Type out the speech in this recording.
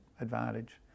advantage